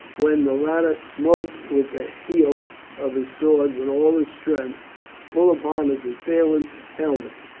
when the latter smote with the hilt of his sword with all his strength full upon his assailant's helmet,